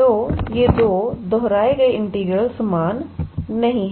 या ये दो दोहराए गए इंटीग्रल समान नहीं हैं